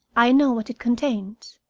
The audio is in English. i know what it contains.